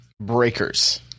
breakers